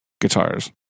guitars